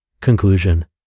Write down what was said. Conclusion